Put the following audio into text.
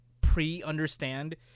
pre-understand